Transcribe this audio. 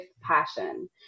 Passion